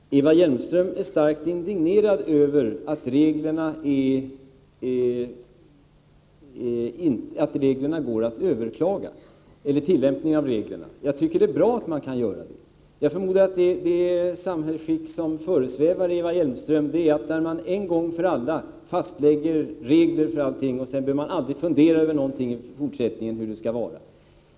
Herr talman! Eva Hjelmström är starkt indignerad över att tillämpningen av reglerna går att överklaga. Jag tycker att det är bra att man kan göra det. Jag förmodar att det samhällsskick som föresvävar Eva Hjelmström är det där man en gång för alla fastlägger regler för allting och i fortsättningen aldrig behöver fundera över hur någonting skall vara.